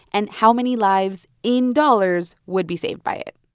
and how many lives, in dollars, would be saved by it?